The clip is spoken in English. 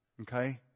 Okay